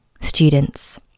students